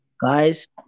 guys